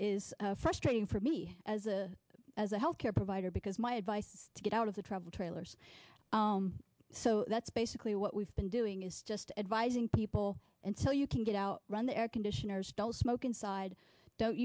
is frustrating for me as a as a health care provider because my advice is to get out of the travel trailers so that's basically what we've been doing is just advising people and so you can get out run the air conditioners don't smoke inside don't